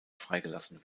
freigelassen